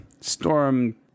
Storm